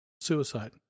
suicide